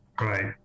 Right